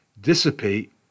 dissipate